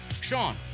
Sean